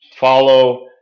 Follow